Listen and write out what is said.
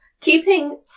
Keeping